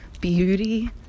beauty